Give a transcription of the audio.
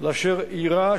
לאשר אירע,